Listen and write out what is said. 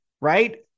right